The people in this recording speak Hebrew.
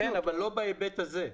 כן, אבל לא בהיבט הזה.